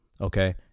Okay